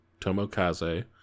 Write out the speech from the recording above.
Tomokaze